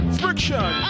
friction